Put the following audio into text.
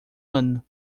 ano